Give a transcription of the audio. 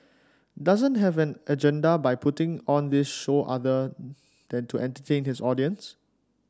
doesn't have an agenda by putting on this show other than to entertain his audience